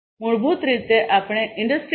મૂળભૂત રીતે આપણે ઇન્ડસ્ટ્રી 4